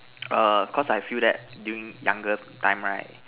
err cause I feel that during younger time right